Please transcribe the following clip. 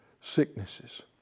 sicknesses